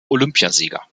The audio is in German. olympiasieger